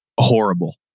Horrible